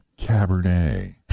Cabernet